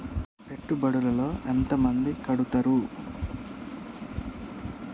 పెట్టుబడుల లో ఎంత మంది కడుతరు?